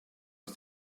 aus